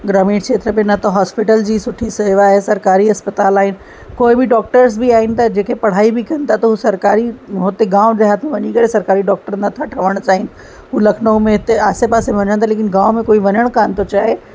ग्रामीण खेत्र में न त हॉस्पीटल जी सुठी शेवा आहे सरकारी अस्पताल आहिनि कोई बि डॉक्टर्स बि आहिनि त जेके पढ़ाई बि कनि था त उहे सरकारी हुते गाम देहात मे वञी करे सरकारी डॉक्टर नथा ठहणु चाहिनि उहे लखनऊ में हिते आसे पासे वञनि था लेकिन गाम में कोई वञणु कोन थो चाहे